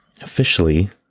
officially